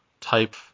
type